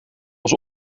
was